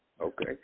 Okay